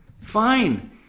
fine